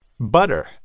butter